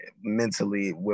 mentally